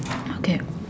okay